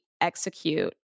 execute